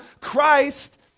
Christ